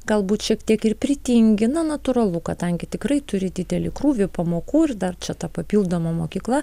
galbūt šiek tiek ir pritingi na natūralu kadangi tikrai turi didelį krūvį pamokų ir dar čia ta papildoma mokykla